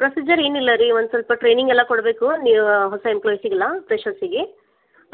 procedure ಏನಿಲ್ಲರೀ ಒಂದು ಸ್ವಲ್ಪ ಟ್ರೈನಿಂಗೆಲ್ಲ ಕೊಡಬೇಕು ನೀವು ಹೊಸ ಎಂಪ್ಲಾಯ್ಸಿಗೆಲ್ಲ ಫ್ರೆಶರ್ಸ್ಗೆ